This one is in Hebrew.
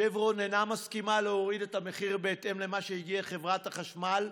שברון אינה מסכימה להוריד את המחיר בהתאם למה שהגיעה חברת החשמל,